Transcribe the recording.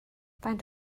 faint